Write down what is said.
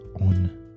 on